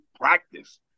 practice